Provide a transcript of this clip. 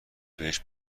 بهشت